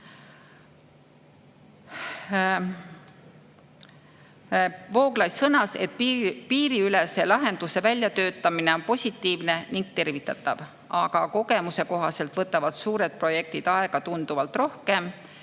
Vooglaid sõnas, et piiriülese lahenduse väljatöötamine on positiivne ja tervitatav, aga kogemuse kohaselt võtavad suured projektid tunduvalt rohkem